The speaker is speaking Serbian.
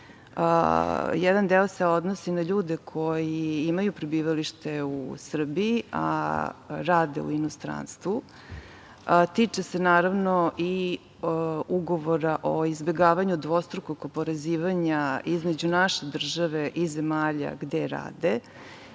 Jedan deo se odnosi na ljude koji imaju prebivalište u Srbiji a rade u inostranstvu, a tiče se naravno i ugovora o izbegavanju dvostrukog oporezivanja između naše države i zemalja gde rade.